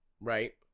Right